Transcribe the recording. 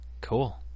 Cool